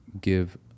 give